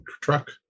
truck